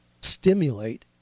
stimulate